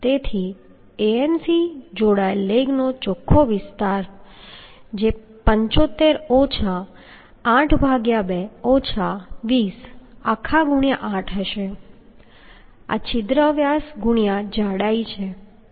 તેથી Anc જોડાયેલ leg નો ચોખ્ખો વિસ્તાર જે 8 હશે આ છિદ્ર વ્યાસ ગુણ્યાં જાડાઈ છે